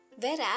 Whereas